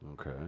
Okay